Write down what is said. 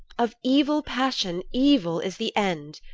of evil passion evil is the end.